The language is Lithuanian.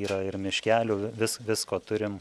yra ir miškelių vi vis visko turim